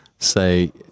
Say